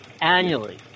Annually